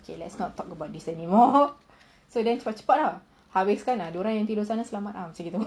okay let's not talk about this anymore so then cepat-cepat ah habiskan dorang yang tidur sana selamat macam gitu